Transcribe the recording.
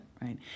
right